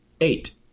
Eight